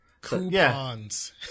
Coupons